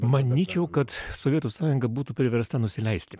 manyčiau kad sovietų sąjunga būtų priversta nusileisti